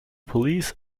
police